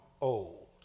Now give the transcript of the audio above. old